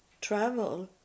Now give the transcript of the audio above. travel